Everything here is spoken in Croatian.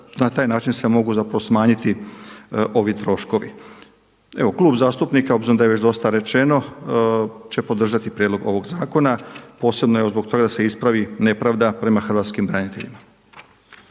na taj način se mogu zapravo smanjiti ovi troškovi. Evo Klub zastupnika obzirom da je već dosta rečeno će podržati prijedlog ovog zakona posebno evo zbog toga da se ispravi nepravda prema hrvatskim braniteljima.